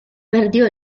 perdió